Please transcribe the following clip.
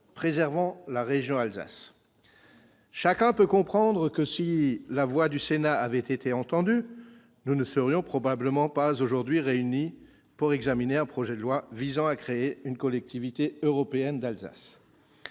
préservant la région Alsace. Absolument ! Si la voix du Sénat avait été entendue, nous ne serions probablement pas aujourd'hui réunis pour examiner un projet de loi visant à créer une Collectivité européenne d'Alsace.